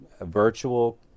virtual